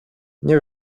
nie